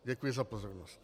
Děkuji za pozornost.